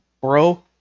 bro